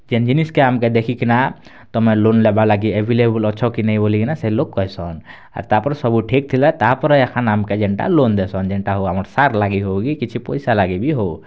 ଯେନ୍ ଜିନିଷ୍କେ ଆମ୍କେ ଦେଖିକିନା ତମେ ଲୋନ୍ ନେବା ଲାଗି ଆଭେଲେବଲ୍ ଅଛ କି ନାଇଁ ବୋଲି ସେ ଲୋକ୍ କହେସନ୍ ଆର୍ ତାପରେ ସବୁ ଠିକ୍ ଥିଲେ ତାପରେ ଏଖାନ୍ ଆମ୍କେ ଯେନ୍ଟା ଲୋନ୍ ଦେସନ୍ ଯେନ୍ଟା ହଉ ଆମର୍ ସାର୍ ଲାଗି ହଉ କିଛି ପଇସା ଲାଗି ବି ହଉ